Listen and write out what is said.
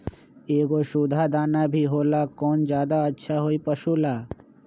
एगो सुधा दाना भी होला कौन ज्यादा अच्छा होई पशु ला?